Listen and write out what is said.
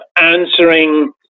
answering